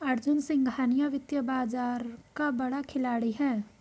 अर्जुन सिंघानिया वित्तीय बाजार का बड़ा खिलाड़ी है